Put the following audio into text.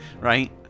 Right